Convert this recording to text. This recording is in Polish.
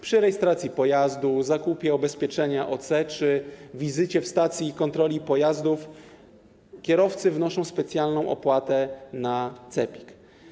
Przy rejestracji pojazdu, zakupie ubezpieczenia OC czy wizycie w stacji kontroli pojazdów kierowcy wnoszą specjalną opłatę na CEPiK.